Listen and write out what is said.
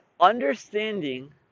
Understanding